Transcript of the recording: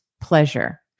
pleasure